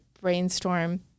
brainstorm